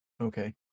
Okay